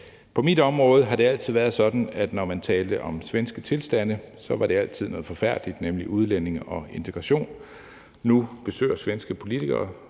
På mit område har det altid været sådan, at når man talte om svenske tilstande, var det noget forfærdeligt, nemlig når det drejer sig om udlændinge og integration. Nu besøger svenske politikere